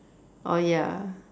oh ya